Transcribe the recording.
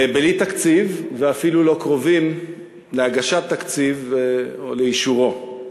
בלי תקציב ואפילו לא קרובים להגשת תקציב או לאישורו.